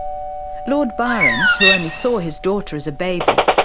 lord byron, who only saw his daughter as a baby,